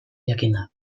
jakinda